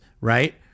right